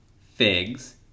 figs